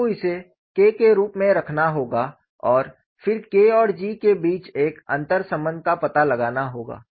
आपको इसे K के रूप में रखना होगा और फिर K और G के बीच एक अंतर्संबंध का पता लगाना होगा